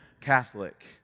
Catholic